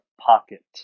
pocket